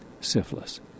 syphilis